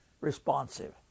responsive